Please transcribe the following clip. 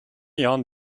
jahren